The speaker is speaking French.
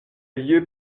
lieux